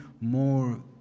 more